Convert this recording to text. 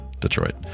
Detroit